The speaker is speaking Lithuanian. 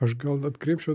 aš gal atkreipčiau